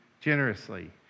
generously